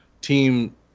team